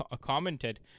commented